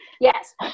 Yes